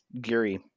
geary